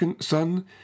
son